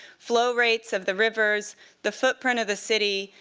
flow rates of the rivers the footprint of the city,